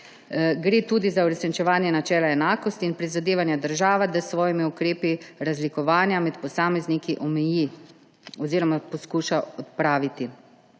Gre tudi za uresničevanje načela enakosti in prizadevanje države, da s svojimi ukrepi razlikovanja med posamezniki omeji oziroma poskuša odpraviti.